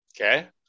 Okay